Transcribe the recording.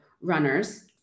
runners